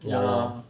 ya